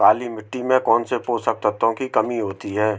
काली मिट्टी में कौनसे पोषक तत्वों की कमी होती है?